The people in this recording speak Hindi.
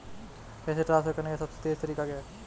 पैसे ट्रांसफर करने का सबसे तेज़ तरीका क्या है?